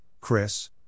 Chris